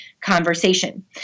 conversation